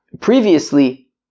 Previously